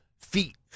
feet